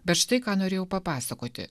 bet štai ką norėjau papasakoti